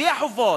בלי החובות.